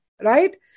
Right